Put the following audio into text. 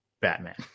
Batman